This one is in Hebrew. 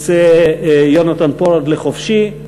יצא יהונתן פולארד לחופשי.